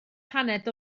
paned